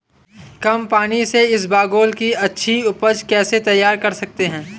कम पानी से इसबगोल की अच्छी ऊपज कैसे तैयार कर सकते हैं?